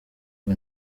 ngo